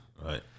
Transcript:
Right